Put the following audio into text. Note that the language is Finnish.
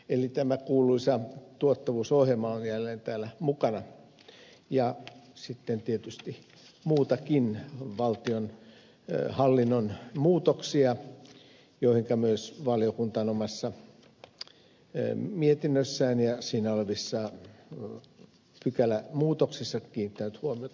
eli tämä kuuluisa tuottavuusohjelma on jälleen täällä mukana ja sitten tietysti muitakin valtionhallinnon muutoksia joihinka myös valiokunta on omassa mietinnössään ja siinä olevissa pykälämuutoksissa kiinnittänyt huomiota